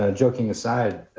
ah joking aside,